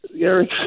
Eric